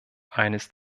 eines